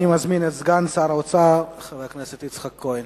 אני מזמין את סגן שר האוצר, חבר הכנסת יצחק כהן,